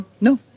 No